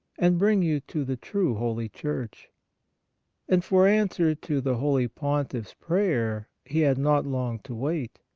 and bring you to the true holy church and for answer to the holy pontiff's prayer he had not long to wait.